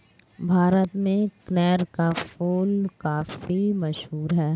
भारत में कनेर का फूल काफी मशहूर है